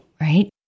right